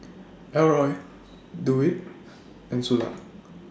Elroy Dewitt and Sula